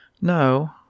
no